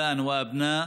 אבות ובנים,